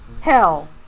Hell